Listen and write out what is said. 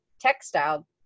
textile